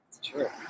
Sure